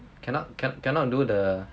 cannot cannot cannot do the